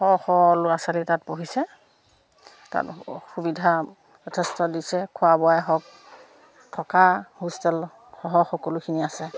শ শ ল'ৰা ছোৱালী তাত পঢ়িছে তাত সুবিধা যথেষ্ট দিছে খোৱা বোৱাই হওক থকা হোষ্টেল সহ সকলোখিনি আছে